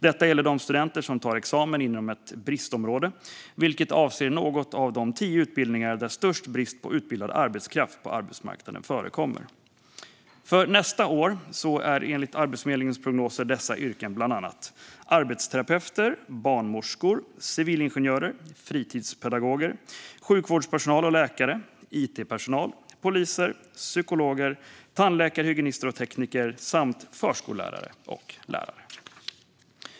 Detta gäller de studenter som tar examen inom ett bristområde, vilket avser någon av de tio utbildningar där störst brist på utbildad arbetskraft på arbetsmarknaden råder. För nästa år är enligt Arbetsförmedlingens prognoser dessa yrken bland annat arbetsterapeuter, barnmorskor, civilingenjörer, fritidspedagoger, sjukvårdspersonal och läkare, it-personal, poliser, psykologer, tandläkare, tandhygienister och tandtekniker samt förskollärare och lärare.